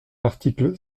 l’article